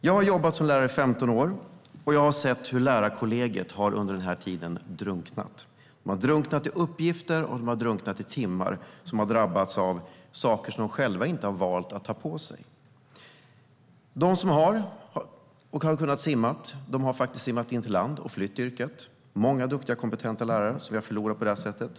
Jag har jobbat som lärare i 15 år och har sett hur lärarkollegiet under den tiden har drunknat. De har drunknat i uppgifter och drunknat i timmar. De har drabbats av saker som de själva inte har valt att ta på sig. De som har kunnat simma har simmat in till land och flytt yrket. Det är många duktiga, kompetenta lärare som vi har förlorat på det sättet.